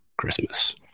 Christmas